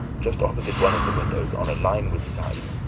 just opposite one of the windows, on a line with his eyes,